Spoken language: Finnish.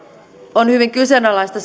on hyvin kyseenalaista